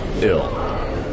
ill